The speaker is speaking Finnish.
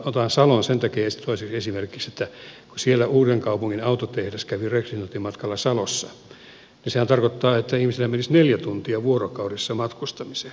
otan salon sen takia toiseksi esimerkiksi että kun uudenkaupungin autotehdas kävi rekrytointimatkalla salossa niin sehän tarkoittaa että ihmisillä menisi neljä tuntia vuorokaudessa matkustamiseen